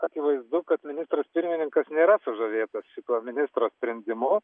akivaizdu kad ministras pirmininkas nėra sužavėtas šituo ministro sprendimu